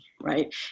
Right